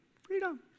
freedom